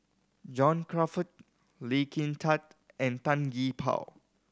John Crawfurd Lee Kin Tat and Tan Gee Paw